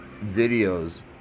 videos